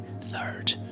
third